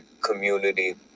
community